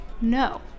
No